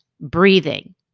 breathing